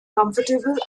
comfortable